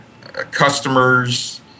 customers